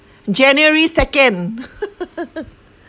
january second